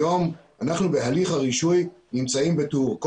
היום אנחנו בהליך הרישוי נמצאים בטור.